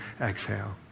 exhale